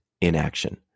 inaction